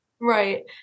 Right